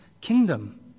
kingdom